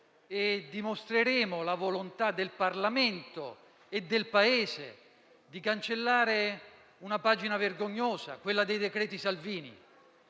e dimostreremo la volontà del Parlamento e del Paese di cancellare una pagina vergognosa, quella dei cosiddetti